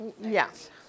Yes